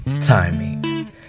timing